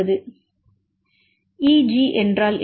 Hgm Hgm E G என்றால் என்ன